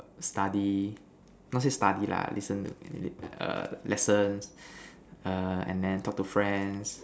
study not say study lah listen to err lessons err and then talk to friends